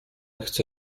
chce